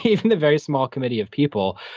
even the very small committee of people.